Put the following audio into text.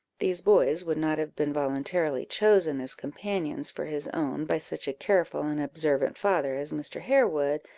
these boys would not have been voluntarily chosen as companions for his own by such a careful and observant father as mr. harewood,